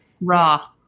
Raw